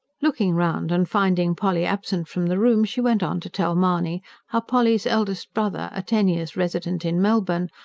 looking round, and finding polly absent from the room, she went on to tell mahony how polly's eldest brother, a ten years' resident in melbourne,